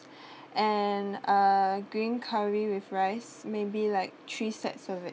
and uh curry with rice maybe like three sets of it